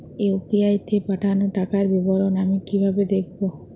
UPI তে পাঠানো টাকার বিবরণ আমি কিভাবে দেখবো?